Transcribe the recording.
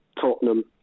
Tottenham